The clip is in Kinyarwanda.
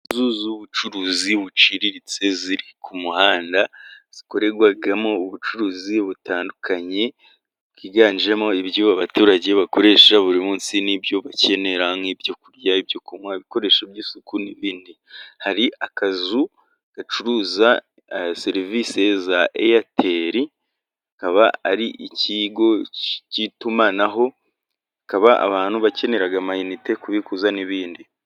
Inzu z'ubucuruzi buciriritse ziri ku muhanda ,zikorerwamo ubucuruzi butandukanye, bwiganjemo ibyo abaturage bakoresha buri munsi, n'ibyo bakenera nk'ibyo kurya ,ibyo kunywa ,ibikoresho by'isuku n'ibindi ,hari akazu gacuruza serivisi za eyateli, akaba ari ikigo cy'itumanaho, akaba abantu bakenera amayinite, kubikuza n'ibindi.